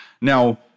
Now